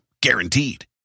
Guaranteed